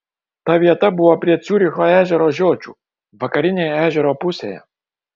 ta vieta buvo prie ciuricho ežero žiočių vakarinėje ežero pusėje